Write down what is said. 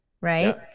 Right